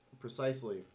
precisely